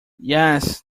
yes